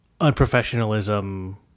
unprofessionalism